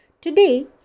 Today